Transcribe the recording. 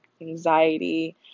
anxiety